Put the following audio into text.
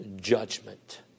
judgment